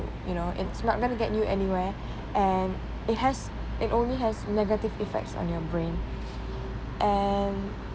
you know it's not gonna get you anywhere and it has it only has negative effects on your brain and